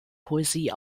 poesie